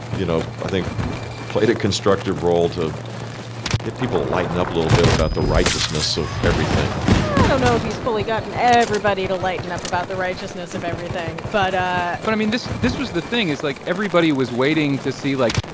you know, i think played a constructive role to get people to lighten up a little bit about the righteousness of everything i don't know if he's fully gotten everybody to lighten up about the righteousness of everything. but. but, i mean, this this was the thing, is, like, everybody was waiting to see, like,